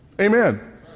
Amen